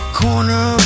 corner